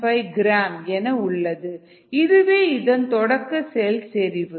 5 gram gl என உள்ளது இதுவே இதன் தொடக்க செல் செறிவு